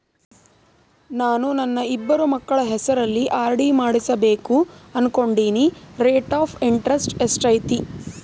ನಾನು ನನ್ನ ಇಬ್ಬರು ಮಕ್ಕಳ ಹೆಸರಲ್ಲಿ ಆರ್.ಡಿ ಮಾಡಿಸಬೇಕು ಅನುಕೊಂಡಿನಿ ರೇಟ್ ಆಫ್ ಇಂಟರೆಸ್ಟ್ ಎಷ್ಟೈತಿ?